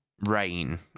rain